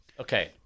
Okay